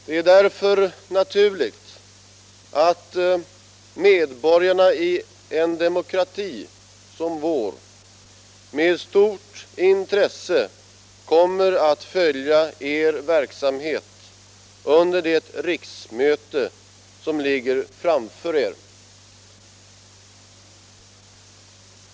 Det är därför naturligt att medborgarna i en demokrati som vår med stort intresse kommer att följa er verksamhet under det riksmöte som ligger framför er.